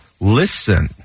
Listen